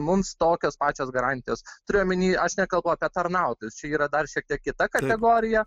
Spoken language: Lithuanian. mums tokios pačios garantijos turiu omeny aš nekalbu apie tarnautojus čia yra dar šiek tiek kita kategorija